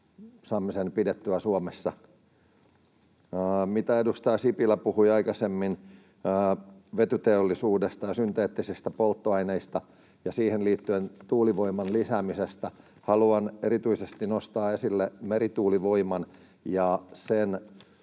saamme sen pidettyä Suomessa. Edustaja Sipilä puhui aikaisemmin vetyteollisuudesta ja synteettisistä polttoaineista ja siihen liittyen tuulivoiman lisäämisestä, ja haluan erityisesti nostaa esille merituulivoiman ja sen